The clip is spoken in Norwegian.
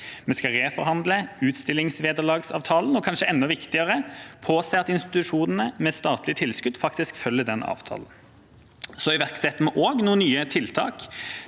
Vi skal reforhandle utstillingsvederlagavtalen og – kanskje enda viktigere – påse at institusjonene med statlig tilskudd faktisk følger den avtalen. Vi iverksetter også noen nye tiltak.